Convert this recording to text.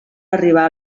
arribar